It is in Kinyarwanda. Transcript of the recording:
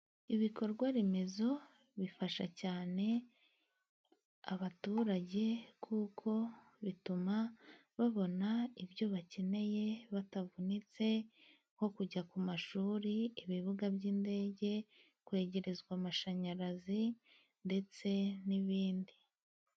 Ibikorwa remezo bifasha cyane abaturage, kuko bituma babona ibyo bakeneye batabovunitse, nko kujya ku mashuri, ibibuga by'indege, kwegerezwa amashanyarazi, ndetse n'ibindi.